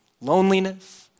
loneliness